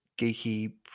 geeky